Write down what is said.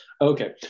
okay